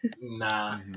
Nah